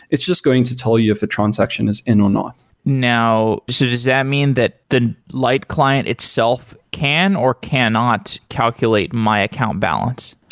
it's just going to tell you if a transaction is in or not so does that mean that the light client itself can, or cannot calculate my account balance?